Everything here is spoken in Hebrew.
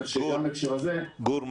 כך שגם בהקשר הזה --- גור,